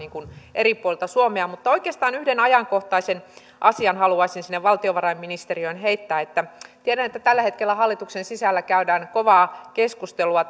eri puolilta suomea mutta oikeastaan yhden ajankohtaisen asian haluaisin sinne valtiovarainministeriöön heittää tiedän että tällä hetkellä hallituksen sisällä käydään kovaa keskustelua